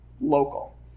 local